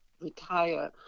retire